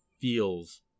feels